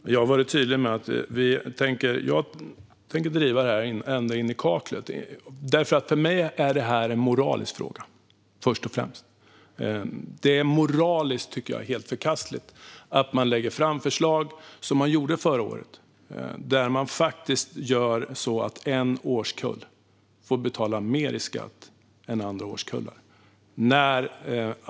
Fru talman! Jag har varit tydlig med att jag tänker driva det här ända in i kaklet. För mig är det först och främst en moralisk fråga. Det är moraliskt helt förkastligt att, som man gjorde förra året, lägga fram förslag som innebär att en årskull får betala mer i skatt än andra årskullar.